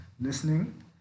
listening